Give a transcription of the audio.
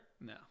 No